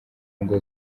ngo